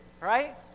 right